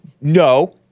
No